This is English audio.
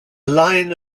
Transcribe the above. line